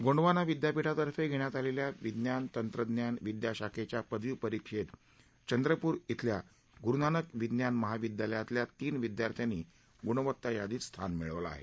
गोंडवाना विद्यापीठातर्फे घेण्यात आलेल्या विज्ञान तंत्रज्ञान विद्याशाखेच्या पदवी परीक्षेत चंद्रपूर अल्या गुरूनानक विज्ञान महाविद्यालयातल्या तीन विद्यार्थ्यानी गुणवत्ता यादीत स्थान मिळवलं आहे